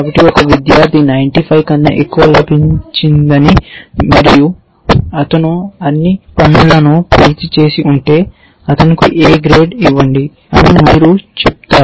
కాబట్టి ఒక విద్యార్థికి 95 కన్నా ఎక్కువ లభించిందని మరియు అతను అన్ని పనులను పూర్తి చేసి ఉంటే A గ్రేడ్ ఇవ్వండి అని మీరు చెప్పారు